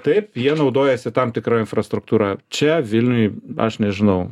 taip jie naudojasi tam tikra infrastruktūra čia vilniuj aš nežinau